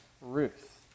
Ruth